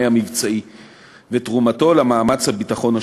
המבצעי ותרומתו למאמץ הביטחון השוטף.